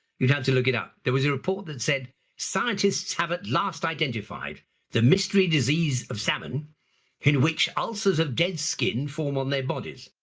you'd have to look it up. there was a report that said scientists have at last identified the mystery disease of salmon in which ulcers of dead skin form on their bodies,